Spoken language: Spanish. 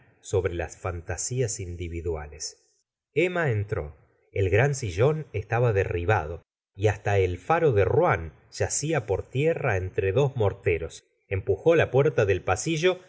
sobre las fantasías individuales emma entró el gran sillón estaba derribado y hasta el faro de rouen yacia por tierra entre dos morteros empujó la puerta del pasillo